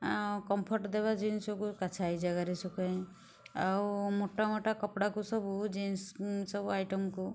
ଆଉ କମ୍ଫଟ୍ ଦେବା ଜିନିଷକୁ ଛାଇ ଜାଗାରେ ଶୁଖାଏ ଆଉ ମୋଟା ମୋଟା କପଡ଼ାକୁ ସବୁ ଜିନ୍ସ ସବୁ ଆଇଟମ୍କୁ